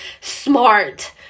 smart